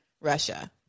Russia